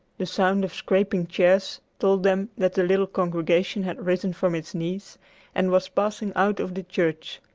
the sound of scraping chairs told them that the little congregation had risen from its knees and was passing out of the church.